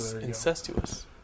Incestuous